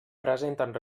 presenten